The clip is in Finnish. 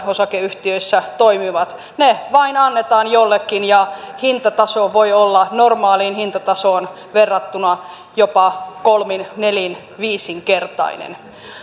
osakeyhtiöissä toimivat ne vain annetaan jollekin ja hintataso voi olla normaaliin hintatasoon verrattuna jopa kol min nelin viisinkertainen